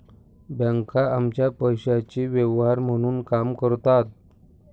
बँका आमच्या पैशाचे व्यवहार म्हणून काम करतात